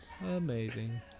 Amazing